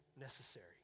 necessary